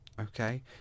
okay